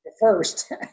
first